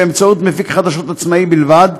באמצעות מפיק חדשות עצמאי בלבד,